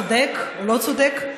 צודק או לא צודק,